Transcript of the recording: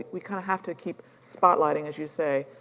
we kind of have to keep spotlighting, as you say,